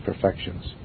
perfections